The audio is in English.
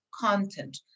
content